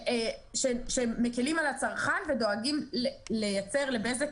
שמקלים על הצרכן ודואגים לייצר לבזק